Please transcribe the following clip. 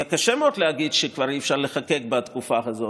יהיה קשה מאוד להגיד שכבר אי-אפשר לחוקק בתקופה הזאת.